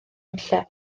unlle